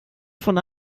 von